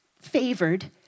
favored